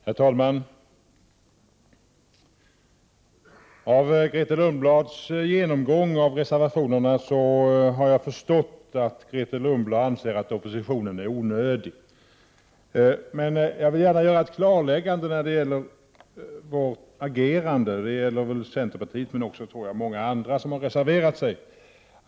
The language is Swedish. Herr talman! Av Grethe Lundblads genomgång av reservationerna har jag förstått att hon anser att oppositionen är onödig. Jag vill gärna göra ett klarläggande när det gäller centerpartiets agerande men också agerandet hos andra partier som har reserverat sig.